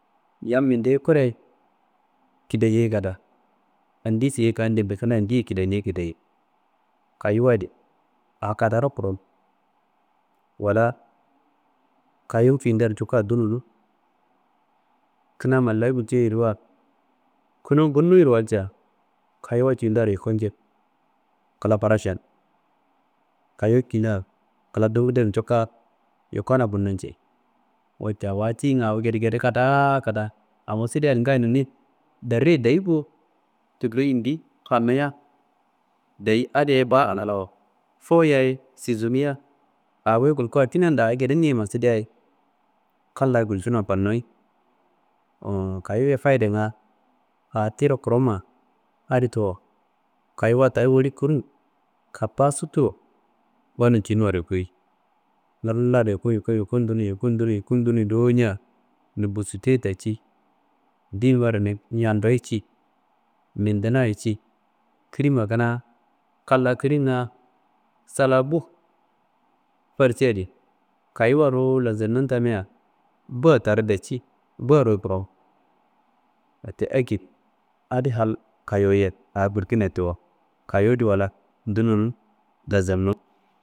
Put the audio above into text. Yam mindeye kureye kidayeyi kada andiye siye kandeanbe kidaneyikidaye. Kayowu adi aa kadaro krun wala kayowu kindean njuka dunonu. Kina mallayi gulceiyediwa kunun bunuiro walca kayowuwa kiyindaro yuko njei kla frašan, kayowu kiyindan kla dowudan juka yukona bunno njei. Wette awa tiyingan awoo gedegede kada kida, awo sida ngayi none tiye dare dare dayi bo, tullo yindi fanuya dayi adiye baro ngilawo, fuyaye sisuniya aa wuyi gulkuwan ginendo aa gede nima sidaye kan layi gulcuno fannoyi. «hesitaion» kayowuye fayidenga aa tiro kurumma adi tiwo. Kayowuwa taa woli kuru kapaa suttuwo gonum ciyinuwaro yukkuyi, ngillaro yuku yuku, yukun dunummi, yukun dunummi, yukun dunummi dowo nja num bustu ye daci, ndiyinummaro ñando ye ci, nun duna ye ci, kilimma kuna kan la kllimnga sa la bu farciadi kayowuwa ruwu lasonnum tamia bua taara daci, buaroye krum. Wette akedi adi hal kayowuye aa gulkina tiwo, kayowu di wala dunonu lasomno